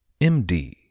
md